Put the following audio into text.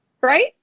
Right